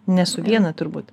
ne su viena turbūt